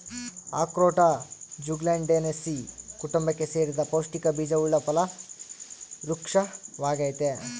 ಅಖ್ರೋಟ ಜ್ಯುಗ್ಲಂಡೇಸೀ ಕುಟುಂಬಕ್ಕೆ ಸೇರಿದ ಪೌಷ್ಟಿಕ ಬೀಜವುಳ್ಳ ಫಲ ವೃಕ್ಪವಾಗೈತಿ